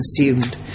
consumed